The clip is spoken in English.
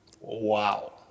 Wow